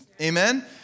Amen